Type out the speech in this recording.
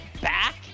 back